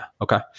Okay